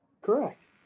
Correct